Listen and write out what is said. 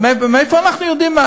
מאיפה אנחנו יודעים?